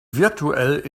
virtuell